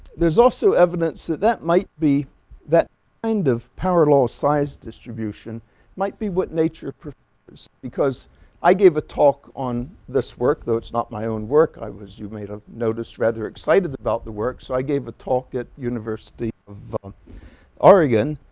there's also evidence that that might be that kind of parallel size distribution might be what nature prefers because i gave a talk on this work, though it's not my own work i was you may have noticed rather excited about the work, so i gave a talk at university of oregon.